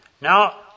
Now